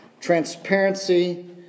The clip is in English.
Transparency